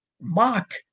mock